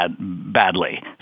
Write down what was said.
badly